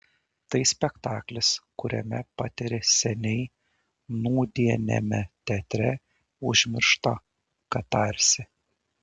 tai spektaklis kuriame patiri seniai nūdieniame teatre užmirštą katarsį